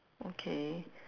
okay